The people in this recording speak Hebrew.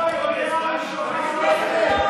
יואל חסון (המחנה הציוני): יש פה רוב.